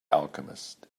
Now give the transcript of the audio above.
alchemist